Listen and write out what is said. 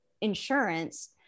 insurance